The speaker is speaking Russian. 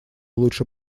лучше